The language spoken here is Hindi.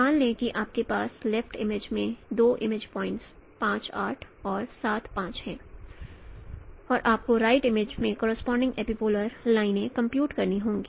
मान लें कि आपके पास लेफ्ट इमेज में दो इमेज पॉइंट् 5 8 और 7 5 हैं और आपको राइट इमेज में करोसपोंडिंग एपीपोलर लाइने कंप्यूट करनी होगी